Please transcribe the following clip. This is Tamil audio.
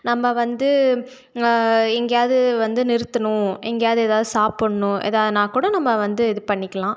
நம்ம வந்து எங்கேயாவது வந்து நிறுத்துணும் எங்கேயாவது ஏதாவது சாப்பிட்ணும் எதான்னால் கூட நம்ம வந்து இது பண்ணிக்கலாம்